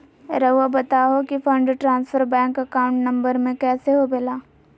रहुआ बताहो कि fund transfer bank account number में कैसे होबेला?